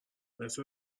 مثل